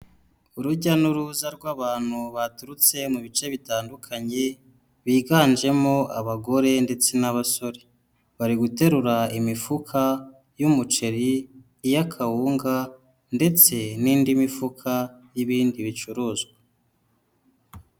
Urujya n'uruza rw'abantu baturutse mu bice bitandukanye, biganjemo abagore ndetse n'abasore, bari guterura imifuka y'umuceri, iy'akawunga, ndetse n'indi mifuka y'ibindi bicuruzwa.